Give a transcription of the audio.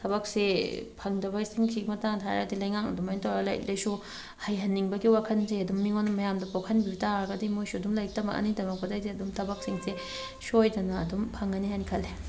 ꯊꯕꯛꯁꯦ ꯐꯪꯗꯕꯁꯤꯡꯁꯤꯒꯤ ꯃꯇꯥꯡꯗ ꯍꯥꯏꯔꯒꯗꯤ ꯂꯩꯉꯥꯛꯅ ꯑꯗꯨꯃꯥꯏꯅ ꯇꯧꯔꯒ ꯂꯥꯏꯔꯤꯛ ꯂꯥꯏꯁꯨ ꯍꯩꯍꯟꯅꯤꯡꯕꯒꯤ ꯋꯥꯈꯟꯁꯦ ꯑꯗꯨꯝ ꯃꯤꯉꯣꯟ ꯃꯌꯥꯝꯗ ꯄꯣꯛꯍꯟꯕꯤꯕ ꯇꯥꯔꯒꯗꯤ ꯃꯣꯏꯁꯨ ꯑꯗꯨꯝ ꯂꯩꯔꯤꯛ ꯇꯝꯃꯛꯑꯅꯤ ꯇꯃꯛꯄꯗꯒꯤꯗꯤ ꯑꯗꯨꯝ ꯊꯕꯛꯁꯤꯡꯁꯦ ꯁꯣꯏꯗꯅ ꯑꯗꯨꯝ ꯐꯪꯉꯅꯤ ꯍꯥꯏꯅ ꯈꯜꯂꯤ